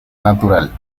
natural